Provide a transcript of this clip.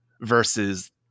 versus